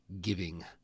Giving